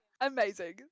amazing